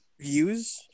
views